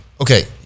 Okay